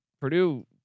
Purdue